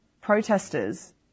protesters